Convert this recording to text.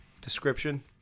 description